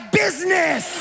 business